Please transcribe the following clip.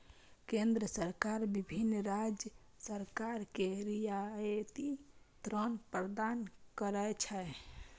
केंद्र सरकार विभिन्न राज्य सरकार कें रियायती ऋण प्रदान करै छै